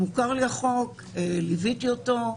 מוכר לי החוק, ליוויתי אותו,